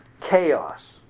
chaos